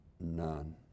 none